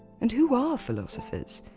and who are philosophers?